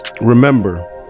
Remember